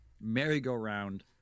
merry-go-round